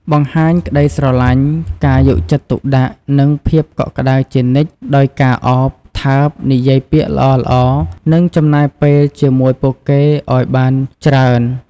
បង្ហាញក្តីស្រលាញ់ ការយកចិត្តទុកដាក់ និងភាពកក់ក្តៅជានិច្ច ដោយការឱប ថើប និយាយពាក្យល្អៗ និងចំណាយពេលជាមួយពួកគេឲ្យបានច្រើន។